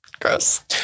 gross